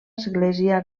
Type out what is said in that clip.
església